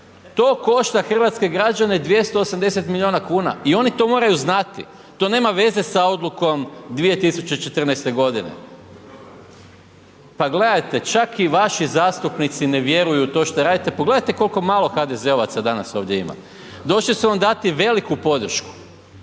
To košta hrvatske građane 280 milijuna kuna i oni to moraju znati. To nema veze sa odlukom 2014. godine. Pa gledajte čak i vaši zastupnici ne vjeruju to što radite, pogledajte koliko malo HDZ-ovaca danas ovdje ima. Došli su vam dati veliku podršku,